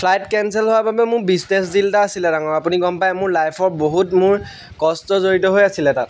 flight cancel হোৱাৰ বাবে মোৰ বিজনেছ দিল এটা আছিলে ডাঙৰ আপুনি গম পায় মোৰ লাইফৰ বহুত মোৰ কষ্ট জড়িত হৈ আছিলে তাত